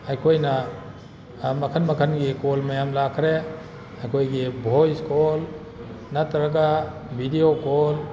ꯑꯩꯈꯣꯏꯅ ꯃꯈꯜ ꯃꯈꯜꯒꯤ ꯀꯣꯜ ꯃꯌꯥꯝ ꯂꯥꯛꯈꯔꯦ ꯑꯩꯈꯣꯏꯒꯤ ꯚꯣꯏꯁ ꯀꯣꯜ ꯅꯠꯇ꯭ꯔꯒ ꯕꯤꯗꯤꯑꯣ ꯀꯣꯜ